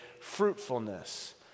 Fruitfulness